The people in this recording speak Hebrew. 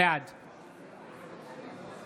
בעד